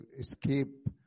escape